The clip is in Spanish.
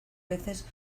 veces